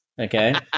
okay